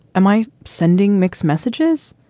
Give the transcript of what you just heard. am i sending mixed messages?